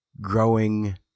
growing